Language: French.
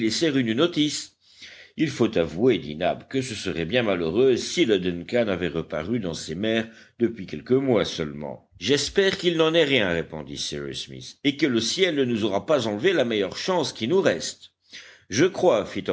d'y laisser une notice il faut avouer dit nab que ce serait bien malheureux si le duncan avait reparu dans ces mers depuis quelques mois seulement j'espère qu'il n'en est rien répondit cyrus smith et que le ciel ne nous aura pas enlevé la meilleure chance qui nous reste je crois